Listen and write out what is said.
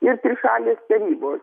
ir trišalės tarybos